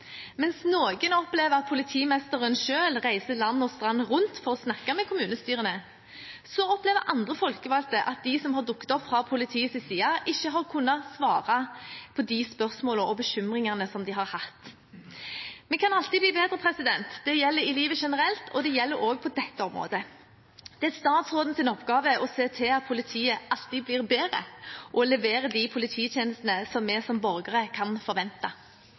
Mens noen opplever at politimesteren selv reiser land og strand rundt for å snakke med kommunestyrene, opplever andre folkevalgte at de som har dukket opp fra politiets side, ikke har kunnet svare på spørsmålene og bekymringene deres. Vi kan alltid bli bedre. Det gjelder i livet generelt, og det gjelder også på dette området. Det er statsrådens oppgave å se til at politiet alltid blir bedre og leverer de polititjenestene vi som borgere kan forvente.